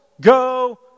go